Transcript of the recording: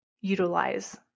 utilize